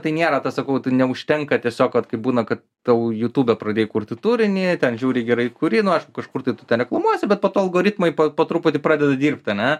tai nėra tas sakau tai neužtenka tiesiog vat kaip būna kad tau jutube pradėjai kurti turinį ten žiauriai gerai kuri nu aišku kažkur tai tu ten reklamuosi bet po to algoritmai po truputį pradeda dirbt ane